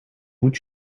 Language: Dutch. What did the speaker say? moet